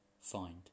find